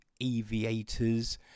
aviators